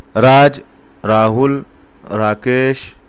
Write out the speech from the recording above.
Raj Rahul Rakesh